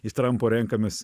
iš trampo renkamės